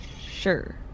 Sure